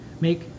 MAKE